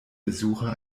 besucher